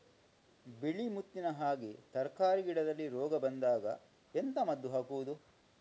ಬಿಳಿ ಮುತ್ತಿನ ಹಾಗೆ ತರ್ಕಾರಿ ಗಿಡದಲ್ಲಿ ರೋಗ ಬಂದಾಗ ಎಂತ ಮದ್ದು ಹಾಕುವುದು?